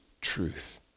truth